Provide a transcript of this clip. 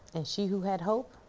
she who had hope,